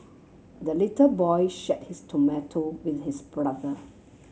the little boy shared his tomato with his brother